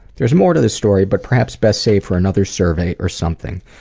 there's more to the story but perhaps best saved for another survey or something.